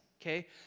Okay